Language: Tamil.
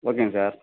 ஓகேங்க சார்